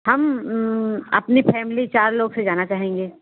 हम अपनी फैमिली चार लोग से जाना चाहेंगे